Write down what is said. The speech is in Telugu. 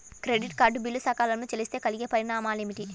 క్రెడిట్ కార్డ్ బిల్లు సకాలంలో చెల్లిస్తే కలిగే పరిణామాలేమిటి?